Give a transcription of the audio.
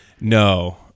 no